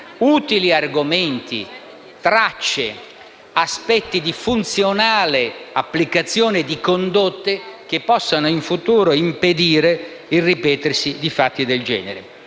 utili argomenti, tracce, aspetti di funzionale applicazione di condotte che possano in futuro impedire il ripetersi di fatti del genere.